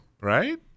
Right